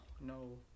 no